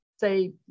say